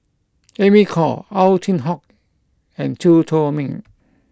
Amy Khor Ow Chin Hock and Chew Chor Meng